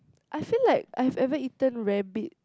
I feel like I've ever eaten rabbit